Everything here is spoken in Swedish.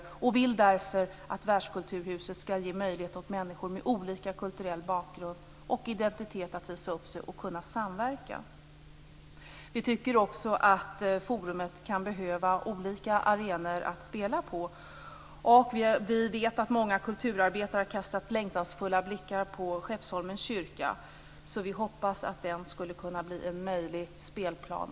Därför vill vi att världskulturhuset skall ge möjlighet åt människor med olika kulturell bakgrund och identitet att visa upp sig och kunna samverka. Vi tycker också att forumet kan behöva olika arenor att spela på. Vi vet att många kulturarbetare har kastat längtansfulla blickar på Skeppsholmens kyrka, så vi hoppas att den också skulle kunna bli en möjlig spelplan.